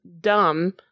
dumb